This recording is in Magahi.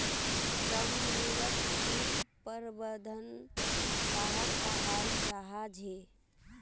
समन्वित किट प्रबंधन कहाक कहाल जाहा झे?